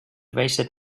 wasted